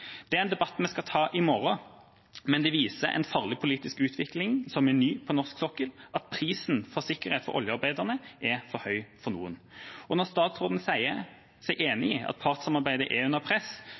Det er en debatt vi skal ta i morgen, men det viser en farlig politisk utvikling som er ny på norsk sokkel: at prisen for sikkerhet for oljearbeiderne er for høy for noen. Når statsråden sier seg enig i at partssamarbeidet er